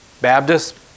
Baptist